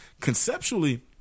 conceptually